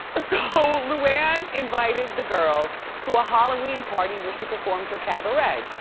so luann invited the girls to a halloween party where she performed her cabaret.